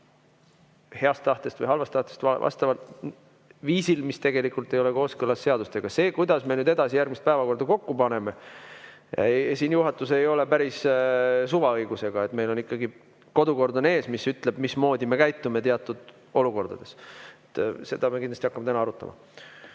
heast tahtest või halvast tahtest viisil, mis tegelikult ei ole kooskõlas seadustega. Selles, kuidas me edasi järgmist päevakorda kokku paneme, juhatus ei ole päris suvaõigusega. Meil on ikkagi kodukord ees, mis ütleb, mismoodi me käitume teatud olukordades. Seda me kindlasti hakkame täna arutama.